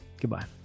Goodbye